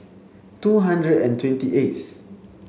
two hundred and twenty eighth